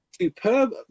Superb